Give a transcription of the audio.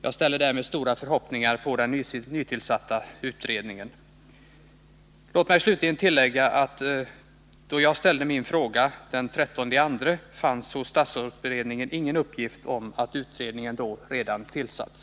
Jag knyter i det avseendet stora förhoppningar till den nytillsatta utredningen. Låt mig slutligen tillägga att när jag den 13 februari ställde min fråga fanns hos statsrådsberedningen inte någon uppgift om att utredningen då redan hade tillsatts.